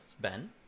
Ben